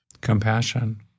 Compassion